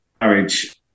marriage